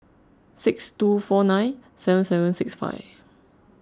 six two four nine seven seven six five